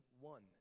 one